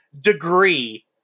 degree